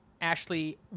Ashley